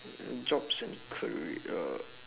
jobs and career